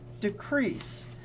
decrease